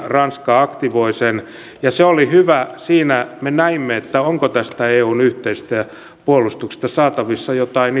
ranska aktivoi ja se oli hyvä siinä me näimme onko tästä eun yhteisestä puolustuksesta saatavissa jotain